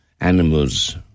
animals